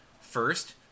First